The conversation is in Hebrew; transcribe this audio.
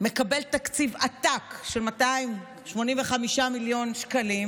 מקבל תקציב עתק של 285 מיליון שקלים,